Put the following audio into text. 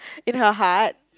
if I have heart